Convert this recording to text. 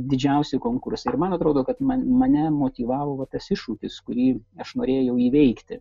didžiausi konkursai ir man atrodo kad mane motyvavo tas iššūkis kurį aš norėjau įveikti